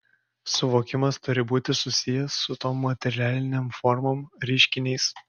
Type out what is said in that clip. suvokimas turi būti susijęs su tom materialinėm formom reiškiniais